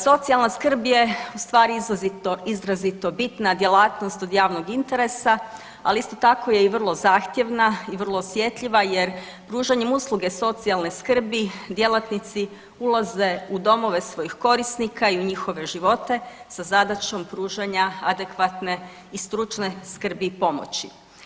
Socijalna skrb je ustvari vrlo izrazito bitna djelatnost od javnog interesa, ali isto tako je i vrlo zahtjevna i vrlo osjetljiva jer pružanjem usluga socijalne skrbi djelatnici ulaze u domove svojih korisnika i u njihove živote sa zadaćom pružanja adekvatne i stručne skrbi i pomoći.